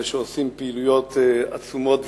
שעושים פעילויות עצומות וגדולות,